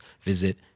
visit